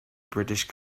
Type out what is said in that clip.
british